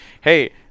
hey